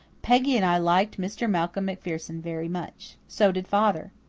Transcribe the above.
peggy and i liked mr. malcolm macpherson very much. so did father.